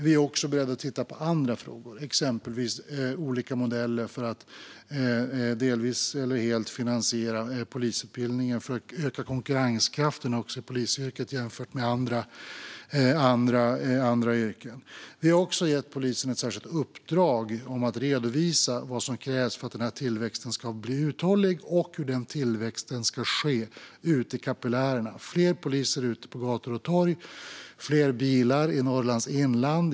Vi är också beredda att titta på andra frågor, exempelvis olika modeller för att delvis eller helt finansiera polisutbildningen för att öka konkurrenskraften i polisyrket jämfört med andra yrken. Vi har också gett polisen ett särskilt uppdrag att redovisa vad som krävs för att tillväxten ska bli uthållig och hur den tillväxten ska ske ute i kapillärerna. Det handlar om fler poliser ute på gator och torg och om fler bilar i Norrlands inland.